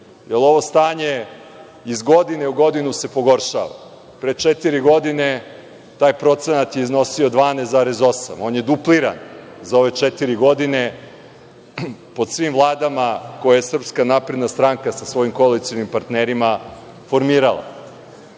Ovo stanje iz godine u godinu se pogoršava. Pre četiri godine taj procenat je iznosio 12,8. On je dupliran za ove četiri godine pod svim vladama koje Srpska napredna stranka sa svojim koalicionim partnerima formirala. Da